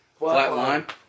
Flatline